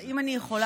אז האם אני יכולה,